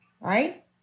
right